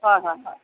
হয় হয় হয়